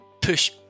push